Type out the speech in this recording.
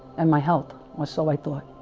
and my health was so i thought